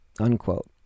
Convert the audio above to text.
unquote